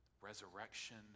resurrection